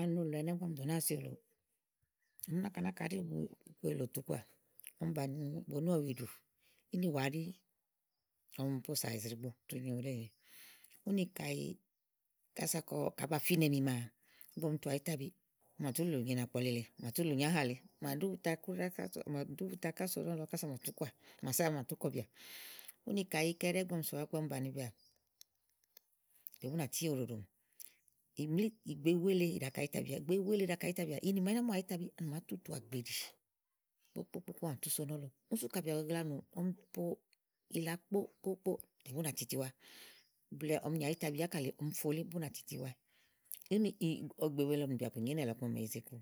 Ani òlò ɛnɛ́ ígbɔ ɔmi dò náa si òlò, ɔmi náka náka ɛɖi wu ìlòtu kɔá, ɔmi bàni ubonú ɔ̃wi ɖù à inìwa ɛɖí ɔmi posà ìzìɖìi gbo tu nyo nélèe. Ùni káyi kása kɔ kàá ba fínɛmi maa, ígbɔ ɔmi tu àyìtabi à mà tú lùlù nyo ìnákpɔ̀li èle, à mà tú lùlù nyo ánà lèe à mà ɖú buta kùɖáa ká so nɔ́lɔ kása à mà tú kɔà, ása á mà tú kɔ bìà. Úni kàɖi ìí kɛ ɖɛ́ɛ́, ígbɔ ɔm sòwa igbɔ ɔmi bàni bìà tè bùnàti wo ɖoɖomì mlìítì wèe, ìgbè wèe lèe l̀ ɖa kɔ àyitabi bìà. Yenì maà l̀ ná mù àyitabi à màá tùtù àgbèɖi kɔ bìà. Úni sú káɖi bìà bù gagla ɖàá nu ɔm po ila kpó kpó kpó tè bú nà titi wa, blɛ̀ɛ ɔm nì àyítabi ákà lèe ɔm fo lí te bú nà titi wa. Ìgbè wèe lèe ɔm nìbìà bu nyo ínɛ̀ lèe ɔku màa ɔm ɖèe yize iky.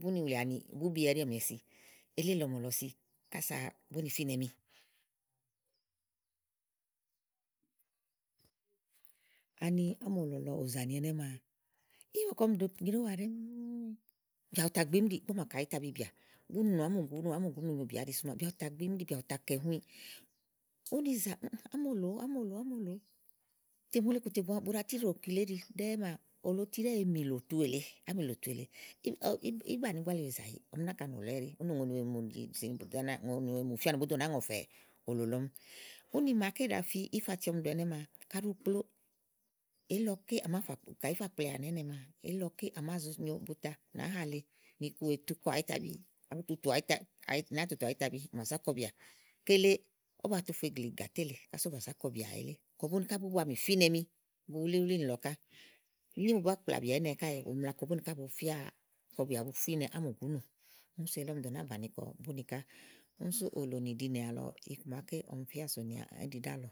búni wulì ani búbí ɛɖi è mée si, eli èke ɔ̀mɔ̀lɔ si kása búni finɛmi. Ani ámòlò lɔ ùzànì ɛnɛ́ maa ígbɔ ɔm ɖèe nyréwua ɖɛ́ɛ́ ŋúú, ù tà gbimi ìɖì ígbɔ à màa kɔ àyítabi bìà. búni nù ámùgúnù, úni bìà bù tà kɛ̀ nũiì úni ìyìzà, ámòlò, amòlò, àmòlòó; tè mòole bù ɖa tíɖò kile éɖi. Ɖɛ́ɛ́ mao òlò ti we mì ìlòtu èle, ìbànigbà lewèe zàyiì ɔm náka nòlò ɛɖí. Ètè ùŋoniwee mù fía ni bũú do nàáa ŋɔ̀fɛ òlòlɔ mi. Ù màake ɖàa fi ífati ɔm ɖò ɛnɛ́ maa elí lɔ ké kàɖi ù kplo elí lɔké à màá fà kàɖi ìí fà kplià ànà ìnɛ̀, à màá zo nyo buta ánà lèe otùtù à màá otùtù àyítabu àyítabu ása kɔ bìà, kása bú ná mì fínɛmii bu wúlíwúlín ká. káèè ù mla ni kɔ búni ká bu fì́nɛ̀ ámùgùnù, sú eli ɔm dò nàáa bàni kɔ búni ká, sú òlònìɖinè àlɔ iku màa ké ɔm fía sònìà áɖì ɖíàlɔ.